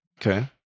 Okay